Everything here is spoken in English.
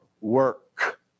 work